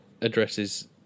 addresses